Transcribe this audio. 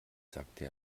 sagte